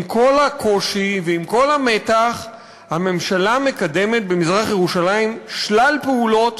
עם כל הקושי ועם כל המתח הממשלה מקדמת במזרח-ירושלים שלל פעולות